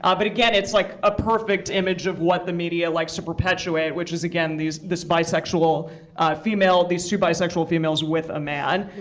um but again, it's like a perfect image of what the media likes to perpetuate, which is, again, this bisexual female, these two bisexual females, with a man.